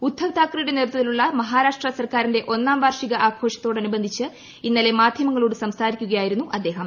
ഉദ്ധവ് താക്കറെയുടെ ന്ദ്രൃത്തിലുള്ള മഹാരാഷ്ട്ര സർക്കാരിന്റെ ഒന്നാർ പ്പാർഷിക ആഘോഷത്തോടനുബന്ധിച്ച് ഇന്നലെ മാധ്യമങ്ങളോട് സംസാരിക്കുകയായിരുന്നു അദ്ദേഹം